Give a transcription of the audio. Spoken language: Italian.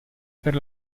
per